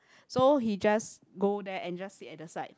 so he just go there and just sit at the side